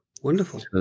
Wonderful